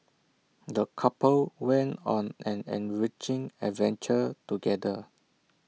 the couple went on an enriching adventure together